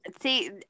See